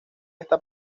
esta